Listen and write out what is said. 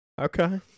Okay